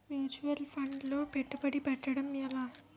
Mutual funds లో పెట్టుబడి పెట్టడం ఎలా?